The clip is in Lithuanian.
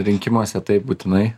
rinkimuose taip būtinai